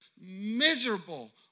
miserable